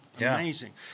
Amazing